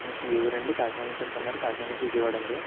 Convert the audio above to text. ఏ ఊరండి కాకినాడ నుంచి ఎక్కడ అన్నారు కాకినాడ నుంచి విజయవాడ అండి